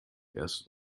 erst